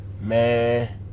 Man